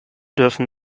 dürfen